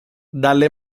dalle